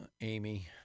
Amy